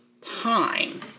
time